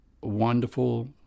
wonderful